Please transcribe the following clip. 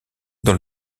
dans